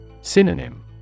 synonym